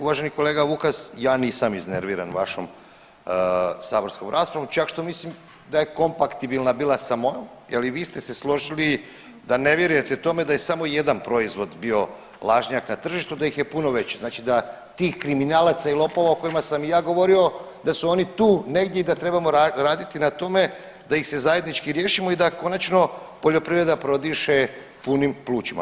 Uvaženi kolega Vukas, ja nisam iznerviran vašom saborskom raspravom, čak što mislim da je kompaktibilna bila sa mojom jel i vi ste se složili da ne vjerujete tome da je samo jedan proizvod bio lažnjak na tržištu da ih je puno veći, znači da tih kriminalaca i lopova o kojima sam i ja govorio da su oni tu negdje i da trebamo raditi na tome da ih se zajednički riješimo i da konačno poljoprivreda prodiše punim plućima.